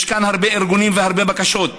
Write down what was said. יש כאן הרבה ארגונים והרבה בקשות.